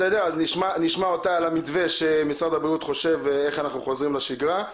נשמע אותה על המתווה שמשרד הבריאות חושב איך אנחנו חוזרים לשגרה,